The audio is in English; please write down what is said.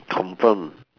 confirm